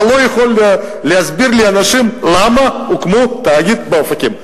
אתה לא יכול להסביר לאנשים למה הוקם תאגיד באופקים.